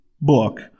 book